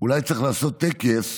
אולי צריך לעשות טקס